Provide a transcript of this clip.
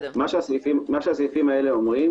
מה שהסעיפים האלה אומרים